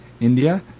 India